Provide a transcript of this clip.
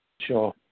sure